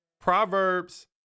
Proverbs